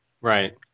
Right